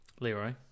Leroy